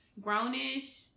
Grownish